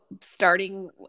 starting